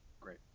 Great